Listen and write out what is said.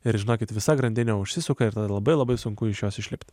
ir žinokit visa grandinė užsisuka ir tada labai labai sunku iš jos išlipt